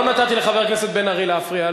לא נתתי לחבר הכנסת בן-ארי להפריע,